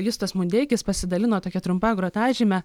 justas mundeikis pasidalino tokia trumpa grotažyme